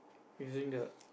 using the